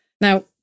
Now